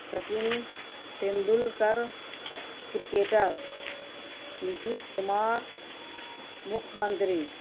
Sachin Tendulkar cricketer Nitish Kumar مکھے منتری